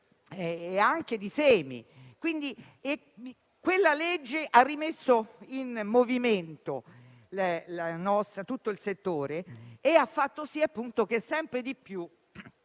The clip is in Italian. e di semi. Quindi, quella legge ha rimesso in movimento tutto il settore e ha fatto sì che ci fosse